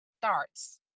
starts